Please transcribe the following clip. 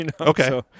okay